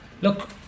Look